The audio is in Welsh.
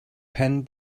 pen